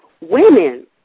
women